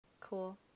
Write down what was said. Cool